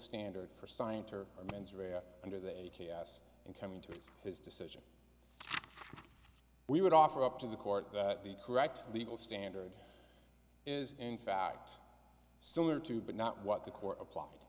standard for scienter or mens rea under the a t s and coming to his decision we would offer up to the court that the correct legal standard is in fact similar to but not what the court applied